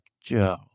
Joe